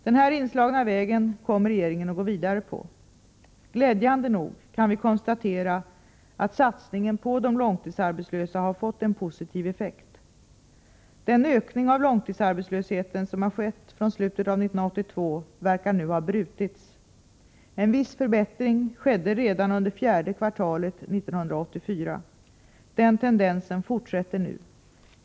Den här inslagna vägen kommer regeringen att gå vidare på. Glädjande nog kan vi konstatera att satsningen på de långtidsarbetslösa har fått en positiv effekt. Den ökning av långtidsarbetslösheten som har skett från slutet av 1982 verkar nu ha brutits. En viss förbättring skedde redan under fjärde kvartalet 1984. Den tendensen fortsätter.